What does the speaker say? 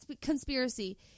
conspiracy